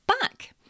back